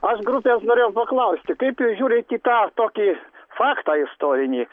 aš grupės norėjau paklausti kaip jūs žiūrit į tą tokį faktą istorinį